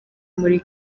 muri